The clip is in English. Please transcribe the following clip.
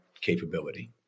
capability